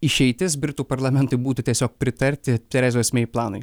išeitis britų parlamentui būtų tiesiog pritarti terezos mei planui